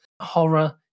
horror